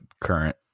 current